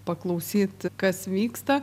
paklausyt kas vyksta